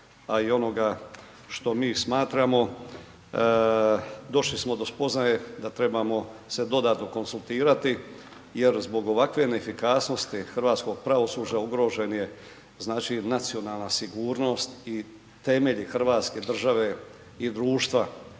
a i onoga što mi smatramo došli smo do spoznaje da trebamo se dodatno konzultirati jer zbog ovakve neefikasnosti hrvatskog pravosuđa ugrožen je nacionalna sigurnost i temelji Hrvatske države i društva.